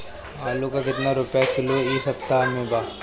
आलू का कितना रुपया किलो इह सपतह में बा?